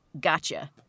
gotcha